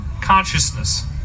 consciousness